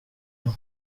aho